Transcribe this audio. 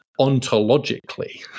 ontologically